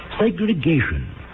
Segregation